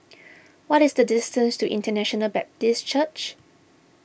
what is the distance to International Baptist Church